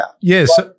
yes